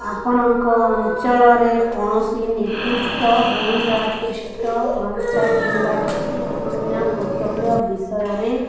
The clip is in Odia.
ଆପଣଙ୍କ ଅଞ୍ଚଳରେ କୌଣସି ନିର୍ଦ୍ଦିଷ୍ଟ ବୁଣି ବା ଚୁଷ୍ଟ ଅଂଞ୍ଚା କିମ୍ବା କିଛି ଅନନ୍ୟ କୌଶଲ୍ୟ ବିଷୟରେ